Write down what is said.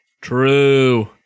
True